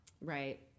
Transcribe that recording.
Right